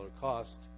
cost